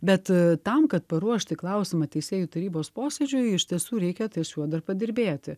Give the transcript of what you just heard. bet tam kad paruošti klausimą teisėjų tarybos posėdžiui iš tiesų reikia tai su juo dar padirbėti